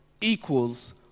equals